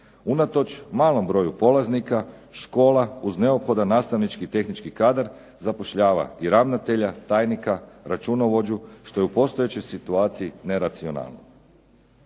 Unatoč malom broju polaznika škola uz neophodan nastavnički i tehnički kadar zapošljava i ravnatelja, tajnika, računovođu što je u postojećoj situaciji neracionalno.